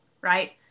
right